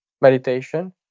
meditation